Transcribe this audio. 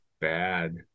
bad